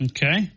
Okay